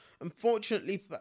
Unfortunately